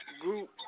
group